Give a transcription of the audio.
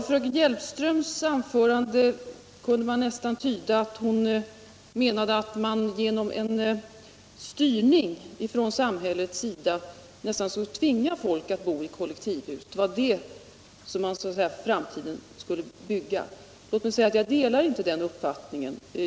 Fröken Hjelmströms anförande kunde tydas så att hon menade att man genom en styrning från samhällets sida nästan skulle tvinga folk att bo i kollektivhus — att det var det som man i framtiden skulle bygga. Jag delar inte den uppfattningen.